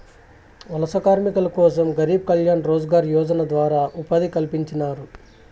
వలస కార్మికుల కోసం గరీబ్ కళ్యాణ్ రోజ్గార్ యోజన ద్వారా ఉపాధి కల్పించినారు